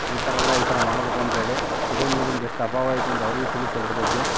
ಈ ಥರ ಅಲ್ಲ ಈ ಥರ ಮಾಡಬೇಕು ಅಂಥೇಳಿ ಕುಡಿಯುವ ನೀರಿಂದು ಎಷ್ಟು ಅಭಾವ ಐತೆ ಅಂತ ಅವರಿಗೂ ತಿಳಿಸಿ ಅದರ ಬಗ್ಗೆ